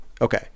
okay